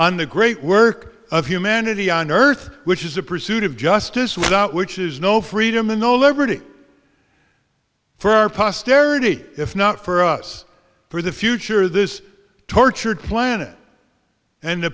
the great work of humanity on earth which is the pursuit of justice without which is no freedom and no liberty for our posterity if not for us for the future this tortured planet and the